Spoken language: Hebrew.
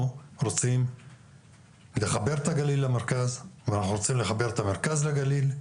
אנחנו רוצים לחבר את הגליל למרכז ואנחנו רוצים לחבר את המרכז לגליל,